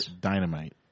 dynamite